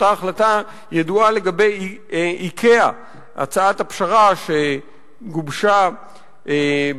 אותה החלטה ידועה לגבי "איקאה"; הצעת הפשרה שגובשה בתביעת